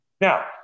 Now